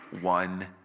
one